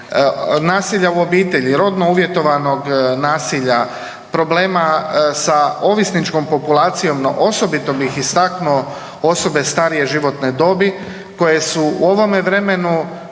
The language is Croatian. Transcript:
nasilja u obitelji, rodno uvjetovanog nasilja, problema sa ovisničkom populacijom, no osobito bih istaknuo osobe starije životne dobi koje su u ovom vremenu